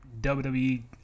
WWE